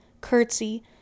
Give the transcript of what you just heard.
curtsy